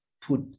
put